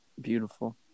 Beautiful